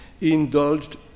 indulged